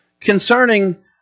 concerning